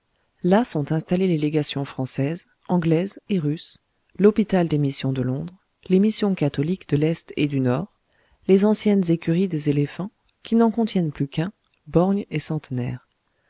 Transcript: là sont installées les légations française anglaise et russe l'hôpital des missions de londres les missions catholiques de l'est et du nord les anciennes écuries des éléphants qui n'en contiennent plus qu'un borgne et centenaire